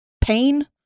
Pain